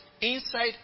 inside